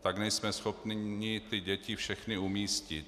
tak nejsme schopni nyní ty děti všechny umístit.